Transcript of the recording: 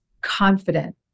confident